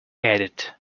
edit